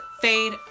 fade